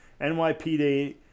NYPD